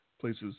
places